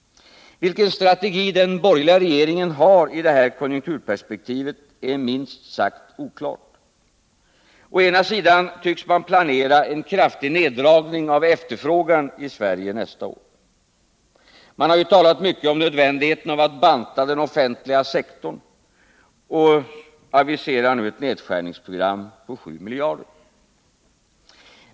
Vilken strategi den borgerliga regeringen har i det här konjunkturperspektivet är minst sagt oklart. Å ena sidan tycks man planera en kraftig neddragning av efterfrågan i Sverige nästa år. Man har ju talat mycket om nödvändigheten av att banta den offentliga sektorn och aviserar nu ett nedskärningsprogram på 7 miljarder kronor.